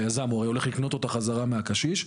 היזם, הרי, הולך לקנות אותה חזרה מהקשיש.